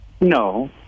No